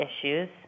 issues